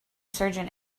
surgeon